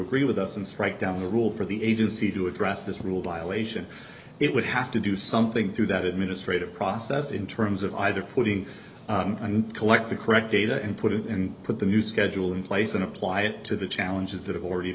agree with us and strike down the rule for the agency to address this rule violation it would have to do something through that administrative process in terms of either putting and collect the correct data and put it in put the new schedule in place and apply it to the challenges that have already